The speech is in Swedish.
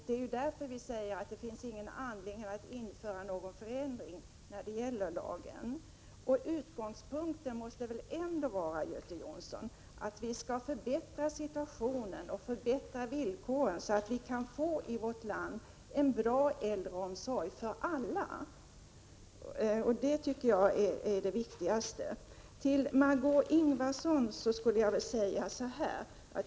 Det är därför som vi inte ser någon anledning att förändra lagen. Utgångspunkten måste väl ändå vara, Göte Jonsson, att vi skall förbättra villkoren, så att vi i vårt land kan få en bra äldreomsorg för alla. Det tycker jag är det viktigaste.